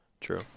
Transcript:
True